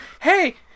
hey